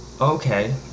Okay